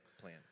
plan